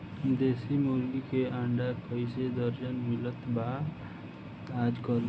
देशी मुर्गी के अंडा कइसे दर्जन मिलत बा आज कल?